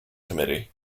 committee